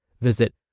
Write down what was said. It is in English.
Visit